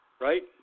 right